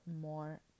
more